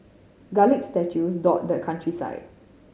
garlic statues dot the countryside